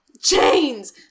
Chains